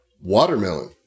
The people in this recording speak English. Watermelon